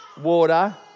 water